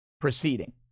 proceeding